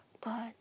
god